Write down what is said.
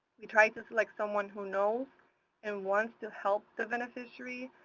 we try to select someone who knows and wants to help the beneficiary.